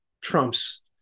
trumps